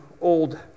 old